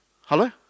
Hello